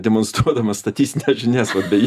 demonstruodamas statistines žinias beje